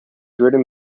written